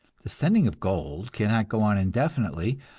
the sending of gold cannot go on indefinitely,